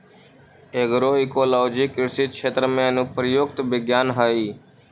agroecology कृषि क्षेत्र में अनुप्रयुक्त विज्ञान हइ